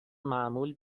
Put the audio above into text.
معمول